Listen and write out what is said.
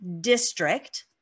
district